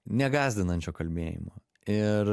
negąsdinančio kalbėjimo ir